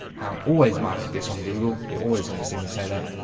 i'm always market this on google you're always going to see me say that